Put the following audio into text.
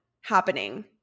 happening